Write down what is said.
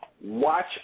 watch